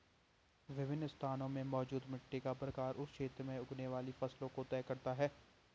विभिन्न स्थानों में मौजूद मिट्टी का प्रकार उस क्षेत्र में उगने वाली फसलों को तय करता है